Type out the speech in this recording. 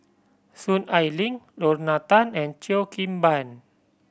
Soon Ai Ling Lorna Tan and Cheo Kim Ban